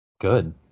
Good